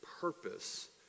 purpose